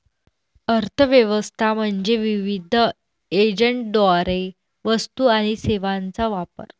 अर्थ व्यवस्था म्हणजे विविध एजंटद्वारे वस्तू आणि सेवांचा वापर